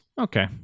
Okay